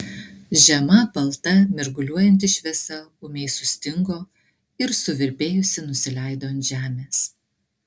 žema balta mirguliuojanti šviesa ūmiai sustingo ir suvirpėjusi nusileido ant žemės